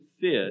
fit